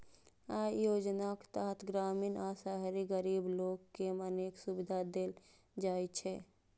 अय योजनाक तहत ग्रामीण आ शहरी गरीब लोक कें अनेक सुविधा देल जाइ छै